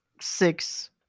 six